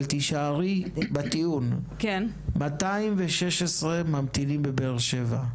אבל תישארי בטיעון, 216 ממתינים בבאר שבע.